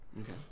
Okay